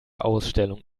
ausstellung